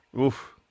Oof